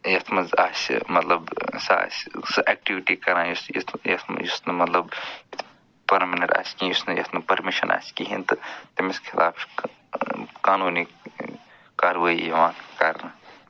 یَتھ منٛز آسہِ مطلب سۅ آسہِ سۅ ایکٹِیٛوٗٹی کَران یُس یُتھ نہٕ یُس نہٕ مطلب پٔرمِننٛٹ آسہِ کیٚنٛہہ یُس نہٕ یَتھ نہٕ پٔرمِشن آسہِ کِہیٖنٛۍ تہٕ تٔمِس خٕلاف قانوٗنی کاروٲیی یِوان کَرنہٕ